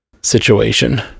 situation